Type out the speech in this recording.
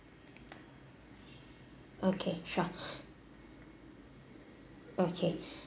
okay sure okay